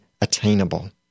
attainable